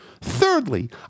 Thirdly